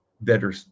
better